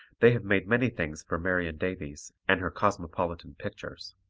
they have made many things for marion davies and her cosmopolitan pictures.